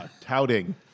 touting